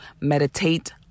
meditate